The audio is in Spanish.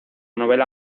novela